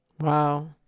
Wow